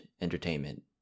Entertainment